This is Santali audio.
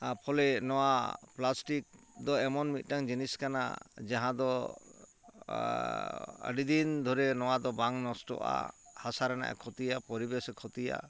ᱛᱟᱨᱯᱷᱚᱞᱮ ᱱᱚᱣᱟ ᱯᱞᱟᱥᱴᱤᱠ ᱫᱚ ᱮᱢᱚᱱ ᱢᱤᱫᱴᱟᱝ ᱡᱤᱱᱤᱥ ᱠᱟᱱᱟ ᱡᱟᱦᱟᱸ ᱫᱚ ᱟᱹᱰᱤ ᱫᱤᱱ ᱫᱷᱳᱨᱮ ᱱᱚᱣᱟ ᱫᱚ ᱵᱟᱝ ᱱᱚᱥᱴᱚᱜᱼᱟ ᱦᱟᱥᱟ ᱨᱮᱱᱟᱜ ᱮ ᱠᱷᱚᱛᱤᱭᱟ ᱯᱚᱨᱤᱵᱮᱥᱮ ᱠᱷᱚᱛᱤᱭᱟ